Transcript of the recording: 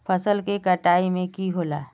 फसल के कटाई में की होला?